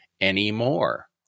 anymore